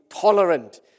tolerant